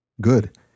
Good